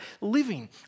living